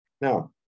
Now